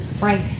right